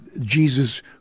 Jesus